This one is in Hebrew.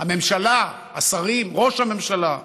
הממשלה, השרים, ראש הממשלה.